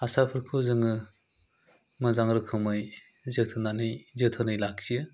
हासारफोरखौ जोङो मोजां रोखोमै जोथोन लानानै जोथोनै लाखियो